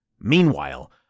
Meanwhile